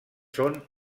són